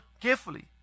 carefully